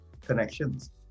connections